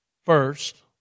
first